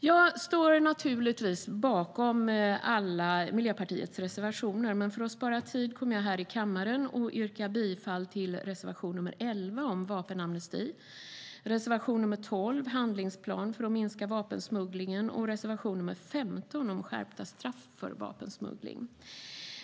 Jag står naturligtvis bakom alla Miljöpartiets reservationer, men för att spara tid kommer jag här i kammaren att yrka bifall bara till reservation nr 11 om vapenamnesti, reservation nr 12 om en handlingsplan för att minska vapensmugglingen och reservation nr 15 om skärpta straff för vapensmuggling.